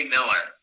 Miller